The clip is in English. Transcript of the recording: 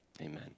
Amen